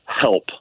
help